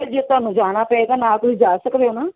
ਜੇ ਤੁਹਾਨੂੰ ਜਾਣਾ ਪਏਗਾ ਨਾਲ ਤੁਸੀਂ ਜਾ ਸਕਦੇ ਹੋ ਨਾ